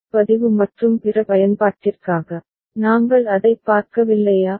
shift பதிவு மற்றும் பிற பயன்பாட்டிற்காக நாங்கள் அதைப் பார்க்கவில்லையா